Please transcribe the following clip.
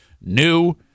New